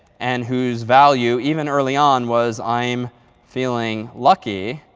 and whose value even early on was i'm feeling lucky.